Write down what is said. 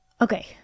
Okay